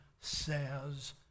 says